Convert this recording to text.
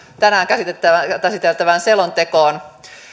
tänään käsiteltävään selontekoon